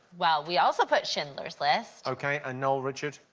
well, we also put schindler's list. ok and, noel, richard?